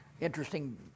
interesting